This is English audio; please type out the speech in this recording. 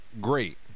great